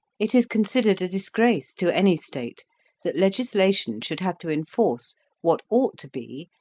it is considered a disgrace to any state that legislation should have to enforce what ought to be,